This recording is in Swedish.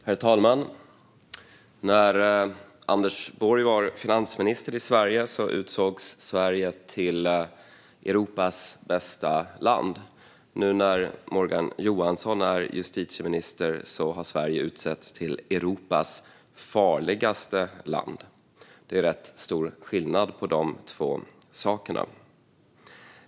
Herr talman! När Anders Borg var finansminister i Sverige utsågs Sverige till Europas bästa land. Nu när Morgan Johansson är justitieminister har Sverige utsetts till Europas farligaste land. Det är rätt stor skillnad på de två sakerna.